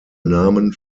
namen